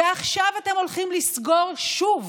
ועכשיו אתם הולכים לסגור שוב